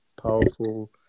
powerful